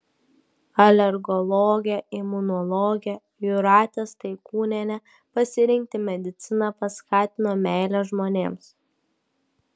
alergologę imunologę jūratę staikūnienę pasirinkti mediciną paskatino meilė žmonėms